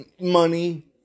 money